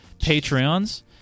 Patreons